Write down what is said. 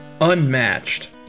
unmatched